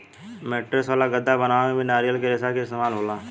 mattress वाला गद्दा बनावे में भी नारियल के रेशा के इस्तेमाल होला